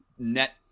net